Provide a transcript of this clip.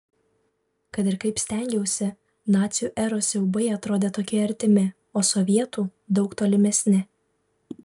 kad ir kaip stengiausi nacių eros siaubai atrodė tokie artimi o sovietų daug tolimesni